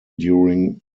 during